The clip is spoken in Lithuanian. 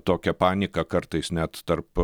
tokią paniką kartais net tarp